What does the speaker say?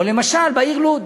או למשל בעיר לוד,